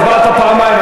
הצבעת פעמיים,